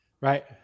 right